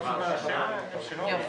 האם היו